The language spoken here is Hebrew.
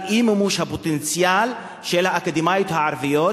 אי-מימוש הפוטנציאל של האקדמאיות הערביות,